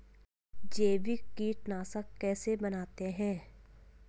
जैविक कीटनाशक कैसे बनाते हैं?